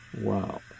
Wow